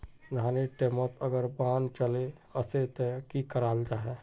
धानेर टैमोत अगर बान चले वसे ते की कराल जहा?